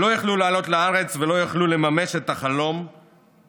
שלא יכלו לעלות לארץ ולא יכלו לממש את החלום הציוני.